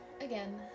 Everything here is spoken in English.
again